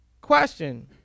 Question